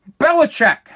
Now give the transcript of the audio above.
Belichick